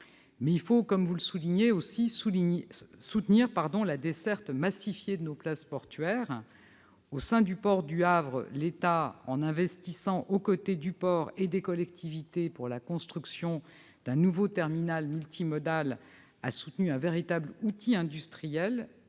européens. Comme vous l'avez souligné, il faut aussi soutenir la desserte massifiée de nos places portuaires. Au sein du port du Havre, l'État, en investissant aux côtés du port et des collectivités pour la construction d'un nouveau terminal multimodal, a soutenu un véritable outil industriel,